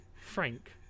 Frank